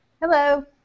Hello